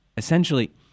Essentially